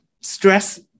stress